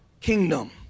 kingdom